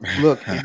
look